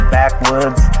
backwoods